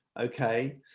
Okay